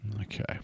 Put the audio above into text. Okay